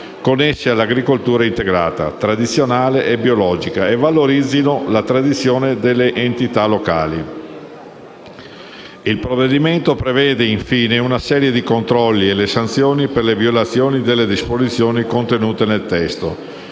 connesse all'agricoltura integrata, tradizionale e biologica e valorizzino la tradizione delle entità locali. Il provvedimento prevede, infine, una serie di controlli e le sanzioni per le violazioni delle disposizioni contenute nel testo.